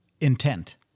intent